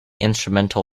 instrumental